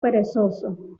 perezoso